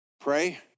pray